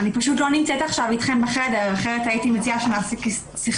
אני לא נמצאת אתכם בחדר כי אחרת הייתי מציעה שנעשה שיחה.